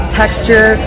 texture